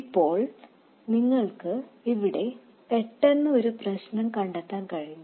ഇപ്പോൾ നിങ്ങൾക്ക് ഇവിടെ പെട്ടെന്ന് ഒരു പ്രശ്നം കണ്ടെത്താൻ കഴിയും